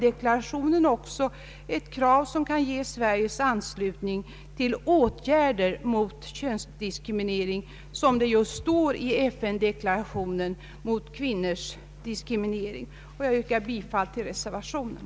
Kravet på åtgärder mot diskriminering av kvinnor har också stöd i FN deklarationen. Jag yrkar bifall till reservationen.